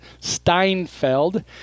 Steinfeld